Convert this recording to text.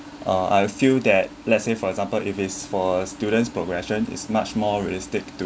uh I feel that let's say for example if it's for student's progression is much more realistic to